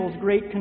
great